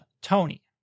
Tony